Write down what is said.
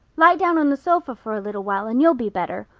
lie down on the sofa for a little while and you'll be better.